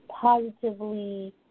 positively